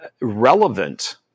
relevant